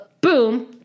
Boom